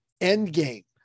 Endgame